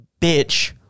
bitch